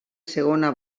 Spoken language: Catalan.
segona